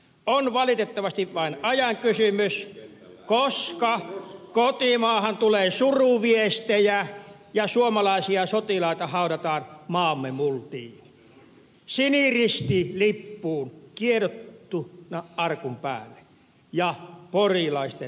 on valitettavasti vain ajan kysymys koska kotimaahan tulee suruviestejä ja suomalaisia sotilaita haudataan maamme multiin siniristilippu kiedottuna arkun päälle ja porilaisten marssin soidessa